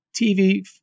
TV